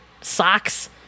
socks